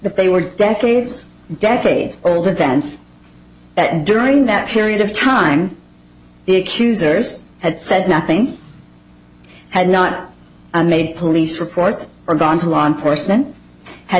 that they were decades decades old events that during that period of time the accusers had said nothing had not made police reports or gone to law enforcement had